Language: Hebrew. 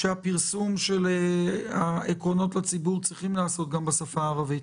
שהפרסום של העקרונות לציבור צריכים להיעשות גם בשפה הערבית.